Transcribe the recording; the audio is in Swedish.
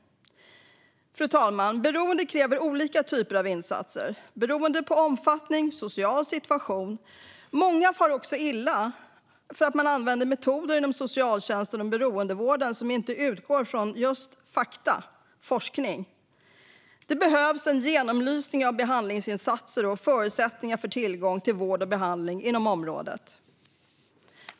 Fru talman! Beroende kräver olika typer av insatser med tanke på omfattning och social situation. Många far illa för att man inom socialtjänsten och beroendevården använder metoder som inte utgår från fakta och forskning. Det behövs en genomlysning av behandlingsinsatser och förutsättningar för tillgång till vård och behandling inom området.